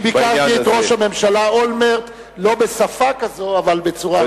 אני ביקרתי את ראש הממשלה אולמרט לא בשפה כזאת אבל בצורה חריפה ביותר,